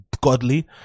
godly